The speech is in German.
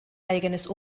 eigenes